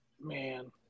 Man